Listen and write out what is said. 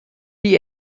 die